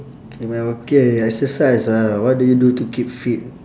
K now okay exercise ah what do you do to keep fit